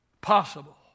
possible